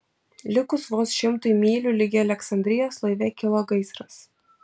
likus vos šimtui mylių ligi aleksandrijos laive kilo gaisras